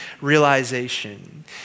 realization